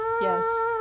Yes